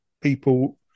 people